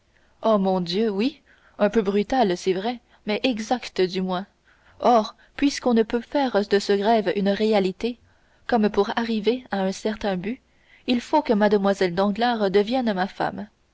oh mon dieu oui un peu brutale c'est vrai mais exacte du moins or puisqu'on ne peut faire de ce rêve une réalité comme pour arriver à un certain but il faut que mlle danglars devienne ma femme